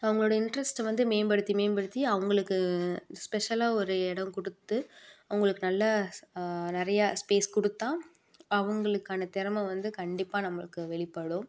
அவங்களோட இன்ட்ரஸ்ட்டை வந்து மேம்படுத்தி மேம்படுத்தி அவங்களுக்கு ஸ்பெஷலாக ஒரு இடம் கொடுத்து அவங்களுக்கு நல்ல நிறைய ஸ்பேஸ் கொடுத்தா அவங்களுக்கான தெறமை வந்து கண்டிப்பாக நம்மளுக்கு வெளிப்படும்